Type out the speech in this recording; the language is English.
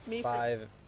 five